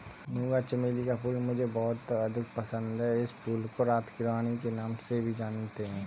मूंगा चमेली का फूल मुझे बहुत अधिक पसंद है इस फूल को रात की रानी के नाम से भी जानते हैं